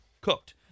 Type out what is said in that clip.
cooked